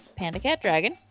PandaCatDragon